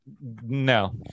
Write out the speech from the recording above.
no